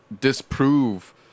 disprove